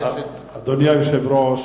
אדוני היושב-ראש,